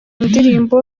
ndirimbo